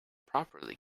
properly